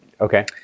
okay